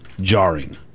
jarring